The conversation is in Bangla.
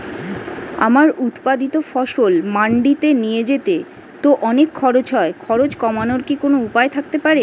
আমার উৎপাদিত ফসল মান্ডিতে নিয়ে যেতে তো অনেক খরচ হয় খরচ কমানোর কি উপায় থাকতে পারে?